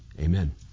Amen